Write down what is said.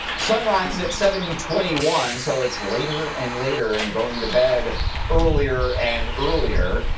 sunrise at seven twenty one, so it's later and later and going to bed earlier and earlier.